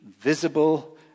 visible